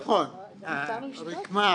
נכון, רקמה.